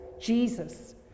Jesus